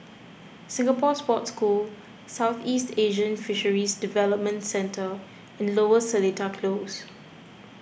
Singapore Sports School Southeast Asian Fisheries Development Centre and Lower Seletar Close